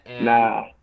Nah